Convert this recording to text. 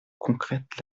concrète